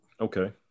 Okay